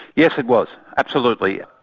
yes, it was, absolutely.